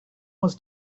was